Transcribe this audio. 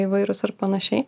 įvairūs ar panašiai